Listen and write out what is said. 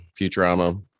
Futurama